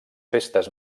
festes